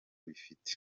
bifite